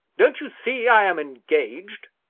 don't you see i am engaged?